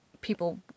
people